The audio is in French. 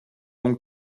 donc